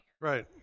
Right